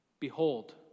Behold